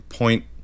point